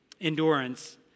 Endurance